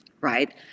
right